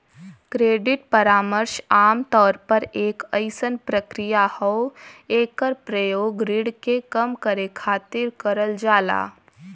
credit परामर्श आमतौर पर एक अइसन प्रक्रिया हौ एकर प्रयोग ऋण के कम करे खातिर करल जाला